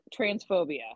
transphobia